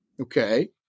Okay